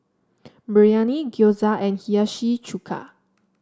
Biryani Gyoza and Hiyashi Chuka